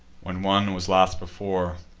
when one was lost before,